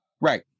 Right